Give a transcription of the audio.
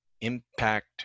Impact